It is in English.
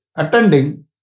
attending